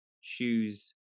shoes